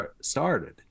started